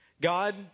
God